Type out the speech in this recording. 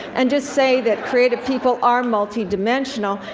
and just say that creative people are multidimensional,